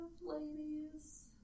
ladies